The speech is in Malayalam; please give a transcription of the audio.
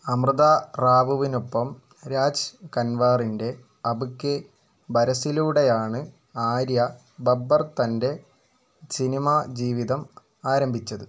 അമൃത റാവുവിനൊപ്പം രാജ് കൻവാറിൻറ്റെ അബ് കെ ബരസിലൂടെയാണ് ആര്യ ബബ്ബർ തൻ്റെ സിനിമാ ജീവിതം ആരംഭിച്ചത്